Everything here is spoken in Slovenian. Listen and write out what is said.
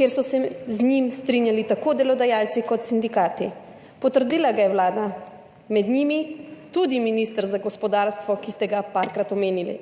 kjer so se z njim strinjali tako delodajalci kot sindikati, potrdila ga je vlada, med drugim tudi minister za gospodarstvo, ki ste ga parkrat omenili.